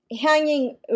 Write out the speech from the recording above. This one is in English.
hanging